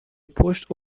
پشت